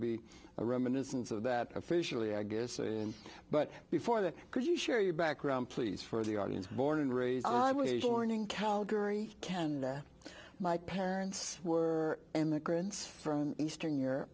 a reminiscence of that officially i guess in but before that could you share your background please for the audience born and raised morning calgary canada my parents were immigrants from eastern europe